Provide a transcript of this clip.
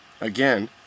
Again